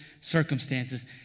circumstances